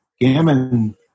Gammon